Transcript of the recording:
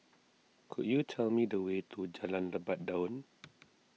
could you tell me the way to Jalan Lebat Daun